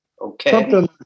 Okay